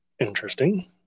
Interesting